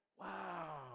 Wow